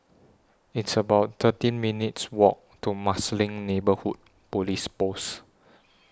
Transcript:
It's about thirteen minutes' Walk to Marsiling Neighbourhood Police Post